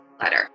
letter